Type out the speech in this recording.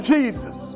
Jesus